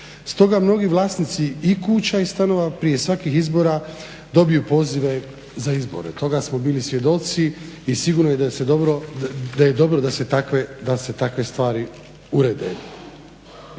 Stoga mnogi vlasnici i kuća i stanova prije svakih izbora dobiju pozive za izbore. Toga smo bili svjedoci i sigurno je da je dobro da se takve stvari urede.